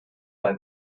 bei